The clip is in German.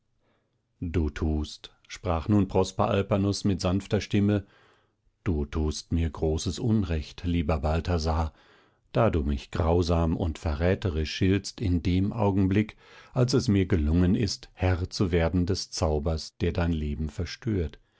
du tust sprach nun prosper alpanus mit sanfter stimme du tust mir großes unrecht lieber balthasar da du mich grausam und verräterisch schiltst in dem augenblick als es mir gelungen ist herr zu werden des zaubers der dein leben verstört